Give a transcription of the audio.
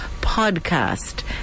podcast